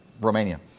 Romania